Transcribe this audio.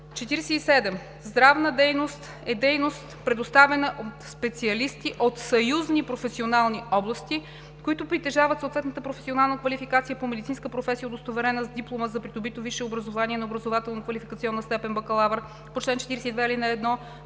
47. „Здравна дейност“ е дейност, предоставяна от специалисти от съюзни професионални области, които притежават съответната професионална квалификация, по медицинска професия, удостоверена с диплома за придобито висше образование на образователно-квалификационна степен „бакалавър“ по чл. 42, ал. 1, т.